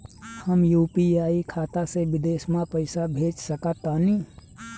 हम यू.पी.आई खाता से विदेश म पइसा भेज सक तानि?